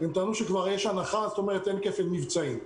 אז כבר יש הנחה אז אין כפל מבצעים.